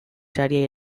saria